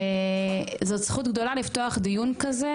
וזאת זכות גדולה לפתוח דיון כזה,